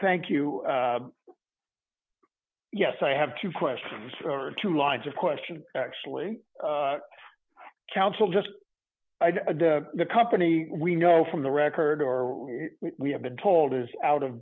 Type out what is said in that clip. thank you yes i have two questions or two lines of question actually counsel just the company we know from the record or we have been told is out of